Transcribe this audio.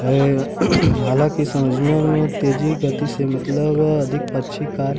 ये हालांकि समझने में तेजी गति से मतलब अधिक पक्षी कार